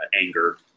anger